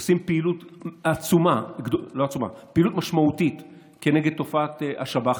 עושים פעילות משמעותית כנגד תופעת השב"חים.